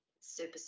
super